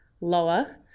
lower